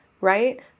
right